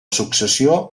successió